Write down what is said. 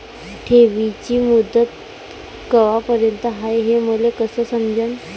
ठेवीची मुदत कवापर्यंत हाय हे मले कस समजन?